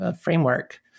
framework